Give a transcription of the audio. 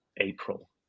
April